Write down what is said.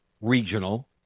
Regional